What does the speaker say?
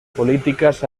políticas